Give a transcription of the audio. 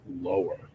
lower